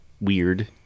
weird